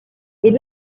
est